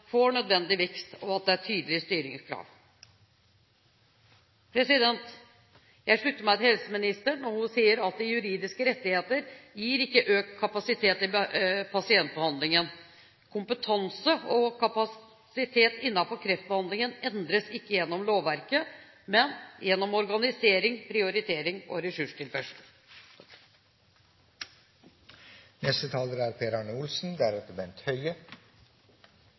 får nødvendig vekst, og at det er tydelige styringskrav. Jeg slutter meg til helseministeren når hun sier at juridiske rettigheter ikke gir økt kapasitet til pasientbehandlingen. Kompetanse og kapasitet innenfor kreftbehandlingen endres ikke gjennom lovverket, men gjennom organisering, prioritering og